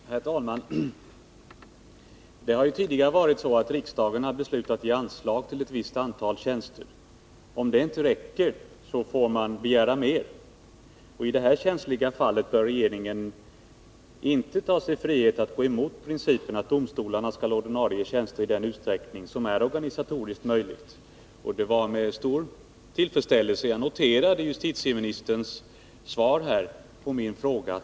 Herr talman! Det har tidigare varit så, att riksdagen har beslutat ge anslag till ett visst antal tjänster. Om det inte räcker, får man begära mer pengar. I det här känsliga fallet bör regeringen inte ta sig frihet att gå emot principen att domstolarna skall ha ordinarie tjänster i den utsträckning som det är organisatoriskt möjligt. Det var med stor tillfredsställelse jag här noterade justitieministerns svar på min fråga.